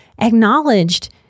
acknowledged